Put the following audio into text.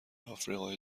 آفریقای